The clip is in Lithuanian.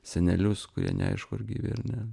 senelius kurie neaišku ar gyvi ar ne